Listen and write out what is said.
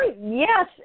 Yes